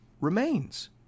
remains